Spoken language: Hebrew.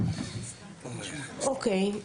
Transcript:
אוקי.